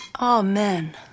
Amen